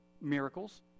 miracles